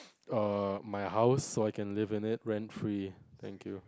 err my house so I can live in it rent free thank you